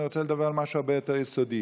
אני רוצה לדבר על משהו הרבה יותר יסודי.